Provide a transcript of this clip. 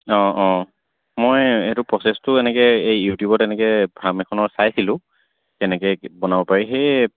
অঁ অঁ মই এইটো প্ৰচেছটো এনেকৈ এই ইউটিউবত এনেকৈ ফাৰ্ম এখনৰ চাইছিলোঁ কেনেকৈ বনাব পাৰি সেই